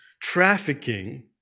trafficking